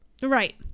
Right